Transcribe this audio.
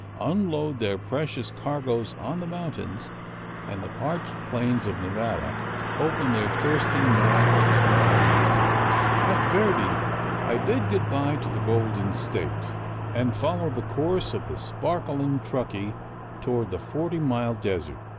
unload their precious cargoes on the mountains and the parched plains of nevada open their thirsty mouths in vain at verdi i bid good-by to the golden state and follow the course of the sparkling truckee toward the forty-mile desert.